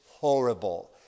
horrible